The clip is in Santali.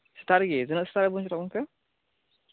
ᱥᱮᱛᱟᱜ ᱨᱮᱜᱮ ᱛᱤᱱᱟᱹᱜ ᱥᱮᱛᱟᱜ ᱨᱮᱵᱮᱱ ᱩᱰᱩᱠ ᱟᱠᱟᱱ ᱛᱮ